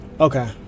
Okay